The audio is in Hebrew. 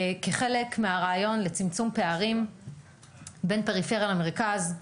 כחלק מהרעיון לצמצום פערים בין פריפריה למרכז,